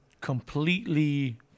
completely